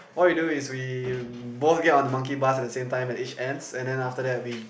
what we do is we both get on the monkey bar at the same time at each ends and then after that we